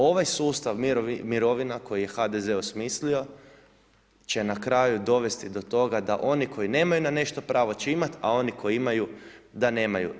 Ovaj sustav mirovina koje je HDZ osmislio će na kraju dovesti do toga da oni koji nemaju na nešto pravo će imati, a oni koji imaju da nemaju.